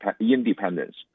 independence